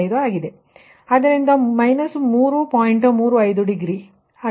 35 degree ಮತ್ತು V2ವುV2∆V2 ಆಗಿರುತ್ತದೆ